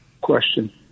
question